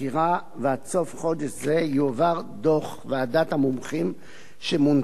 ועד סוף חודש זה יועבר דוח ועדת המומחים שמונתה לחקור.